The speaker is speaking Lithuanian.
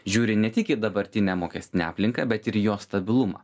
žiūri ne tik į dabartinę mokestinę aplinką bet ir į jos stabilumą